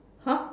!huh!